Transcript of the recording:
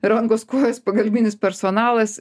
rankos kojos pagalbinis personalas